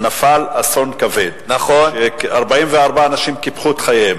נפל אסון כבד, 44 אנשים קיפחו את חייהם.